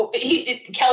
Kelly